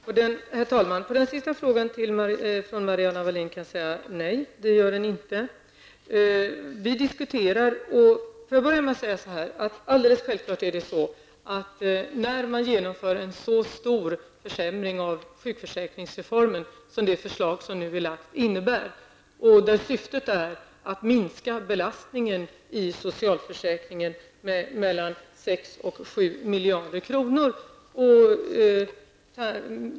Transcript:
Herr talman! På den sista frågan från Mariana Wallin kan jag säga nej. Det nu aktuella förslaget innebär en mycket stor försämring av sjukförsäkringssystemet. Syftet är att minska belastningen i socialförsäkringen med mellan 6 och 7 miljarder kronor.